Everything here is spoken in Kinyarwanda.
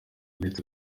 ndetse